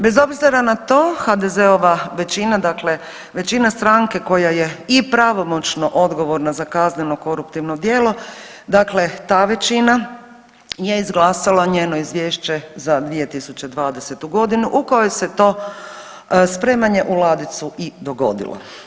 Bez obzira na to HDZ-ova većina, dakle većina stranke koja je i pravomoćno odgovorna za kazneno koruptivno djelo, dakle ta većina je izglasala njeno izvješće za 2020.g. u kojoj se to spremanje u ladicu i dogodilo.